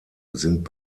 sind